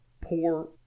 Poor